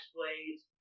Blades